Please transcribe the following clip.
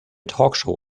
talkshow